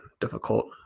difficult